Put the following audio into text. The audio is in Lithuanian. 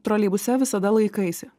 troleibuse visada laikaisi